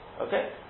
Okay